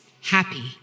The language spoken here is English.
happy